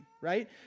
Right